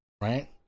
right